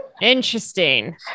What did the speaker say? Interesting